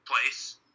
place